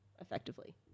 effectively